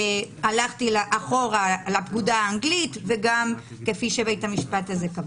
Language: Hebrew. הלכתי אחורה לפקודה האנגלית וגם כפי שבית המשפט קבע.